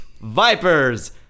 vipers